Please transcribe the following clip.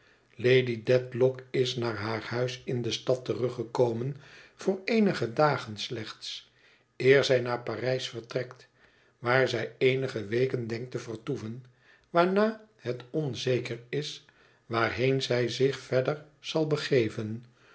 lady dedlock is naar haar huis in de stad teruggekomen voor eenige dagen slechts eer zij naar parijs vertrekt waar zij eenige weken denkt te vertoeven waarna het onzeker is waarheen zij zich verder al begeven